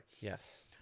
Yes